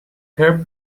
her